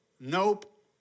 nope